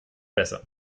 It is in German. besser